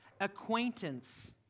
acquaintance